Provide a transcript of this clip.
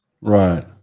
right